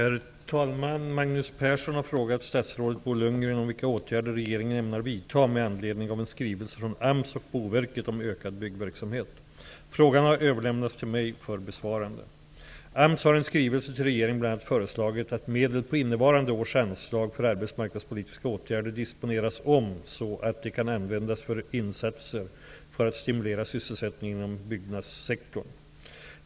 Herr talman! Magnus Persson har frågat statsrådet Bo Lundgren om vilka åtgärder regeringen ämnar vidta med anledning av en skrivelse från AMS och Boverket om ökad byggverksamhet. Frågan har överlämnats till mig för besvarande. AMS har i en skrivelse till regeringen bl.a. föreslagit att medel på innevarande års anslag för arbetsmarknadspolitiska åtgärder disponeras om så att de kan användas för insatser för att stimulera sysselsättningen inom byggnadssektorn.